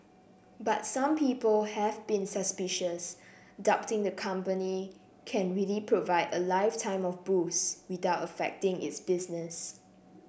but some people have been suspicious doubting the company can really provide a lifetime of booze without affecting its business